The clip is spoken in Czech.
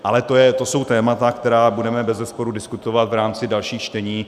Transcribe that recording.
Ale to jsou témata, která budeme bezesporu diskutovat v rámci dalších čtení.